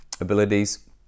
abilities